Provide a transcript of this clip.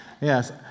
Yes